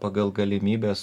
pagal galimybes